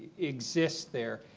exists there?